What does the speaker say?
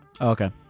Okay